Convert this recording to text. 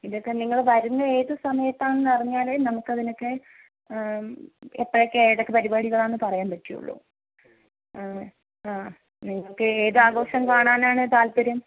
ഇതൊക്കെ നിങ്ങൾ വരുന്ന ഏത് സമയത്താണെന്ന് അറിഞ്ഞാലെ നമുക്ക് അതിനൊക്കെ എപ്പോഴൊക്കെയാണ് ഏതൊക്കെ പരിപാടികളാണെന്ന് പറയാൻ പറ്റുള്ളു നിങ്ങൾക്ക് ഏത് ആഘോഷം കാണാനാണ് താല്പര്യം